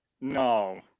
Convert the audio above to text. No